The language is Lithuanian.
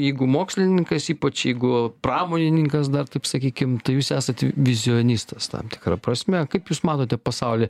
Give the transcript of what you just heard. jeigu mokslininkas ypač jeigu pramonininkas dar taip sakykim tai jūs esat vizionistas tam tikra prasme kaip jūs manote pasauly